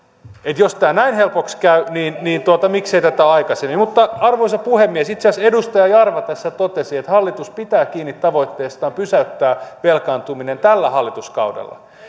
jos tämä näin helpoksi käy niin niin miksei tätä aikaisemmin arvoisa puhemies itse asiassa edustaja jarva tässä totesi että hallitus pitää kiinni tavoitteestaan pysäyttää velkaantuminen tällä hallituskaudella